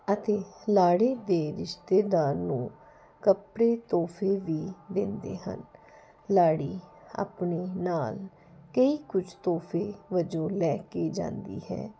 ਅਤੇ ਲਾੜੇ ਦੇ ਰਿਸ਼ਤੇਦਾਰ ਨੂੰ ਕੱਪੜੇ ਤੋਹਫ਼ੇ ਵੀ ਦਿੰਦੇ ਹਨ ਲਾੜੀ ਆਪਣੇ ਨਾਲ ਕਈ ਕੁਝ ਤੋਹਫ਼ੇ ਵਜੋਂ ਲੈ ਕੇ ਜਾਂਦੀ ਹੈ